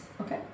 Okay